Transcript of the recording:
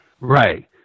Right